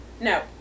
No